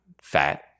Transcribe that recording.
fat